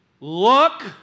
Look